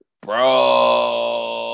Bro